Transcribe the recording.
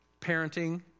parenting